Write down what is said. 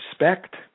respect